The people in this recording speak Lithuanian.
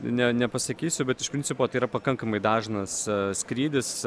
ne nepasakysiu bet iš principo tai yra pakankamai dažnas skrydis